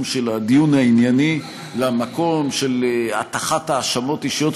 של הדיון הענייני למקום של הטחת האשמות אישיות,